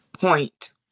point